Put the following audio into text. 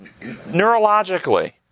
neurologically